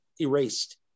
erased